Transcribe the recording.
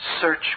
Search